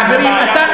מה אני אעשה?